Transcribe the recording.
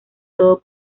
todo